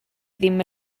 ddim